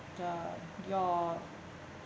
the your